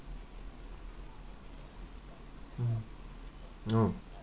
mm oh